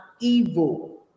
evil